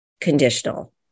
conditional